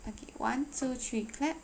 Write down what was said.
okay one two three clap